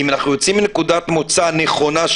אם אנחנו יוצאים מנקודת מוצא נכונה,